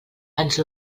ens